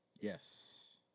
Yes